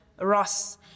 Ross